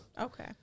Okay